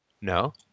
No